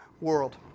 world